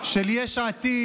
של יש עתיד,